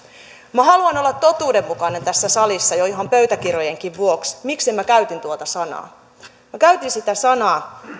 minä haluan olla totuudenmukainen tässä salissa jo ihan pöytäkirjojenkin vuoksi miksi minä käytin tuota sanaa minä käytin sitä sanaa